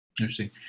interesting